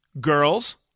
Girls